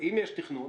אם יש תכנון,